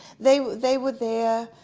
they they were there,